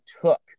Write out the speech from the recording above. took